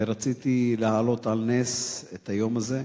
ורציתי להעלות על נס את היום הזה.